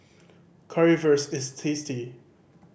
currywurst is tasty